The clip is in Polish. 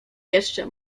jeszcze